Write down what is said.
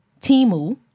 Timu